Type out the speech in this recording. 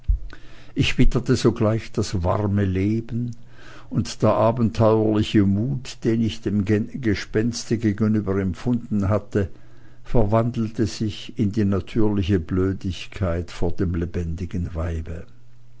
ich witterte alsogleich das warme leben und der abenteuerliche mut den ich dem gespenste gegenüber empfunden hatte verwandelte sich in die natürliche blödigkeit vor dem lebendigen weibe